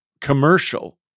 commercial